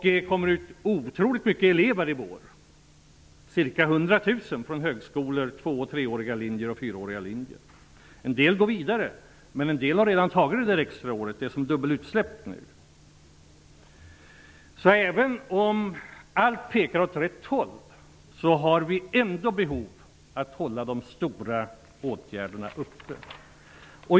Det kommer ut otroligt många elever i vår -- ca 100 000 från högskolor, två-, tre och fyraåriga linjer. En del går vidare. Men en del har redan gått det extra året, och det blir nu ett dubbelutsläpp. Även om allt pekar åt rätt håll har vi ändå behov av att hålla uppe de stora åtgärderna.